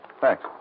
Thanks